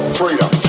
freedom